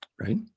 right